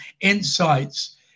insights